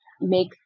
make